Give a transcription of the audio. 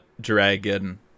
dragon